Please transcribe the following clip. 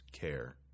care